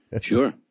Sure